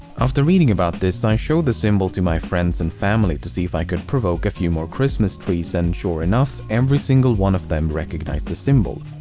after reading about this, i showed the symbol to my friends and family to see if i could provoke a few more christmas trees and, sure enough, every single one of them recognized the symbol.